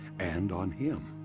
and on him.